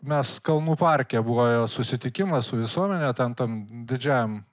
mes kalnų parke buvo jo susitikimas su visuomene ten tam didžiajam